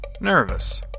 nervous